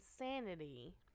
insanity